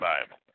Bible